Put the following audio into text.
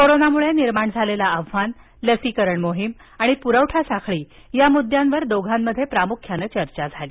कोरोनामुळं निर्माण झालेलं आव्हान लसीकरण मोहीम आणि प्रवठा साखळी या म्द्द्यांवर दोघांमध्ये प्रामुख्यान चर्चा झाली